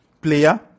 player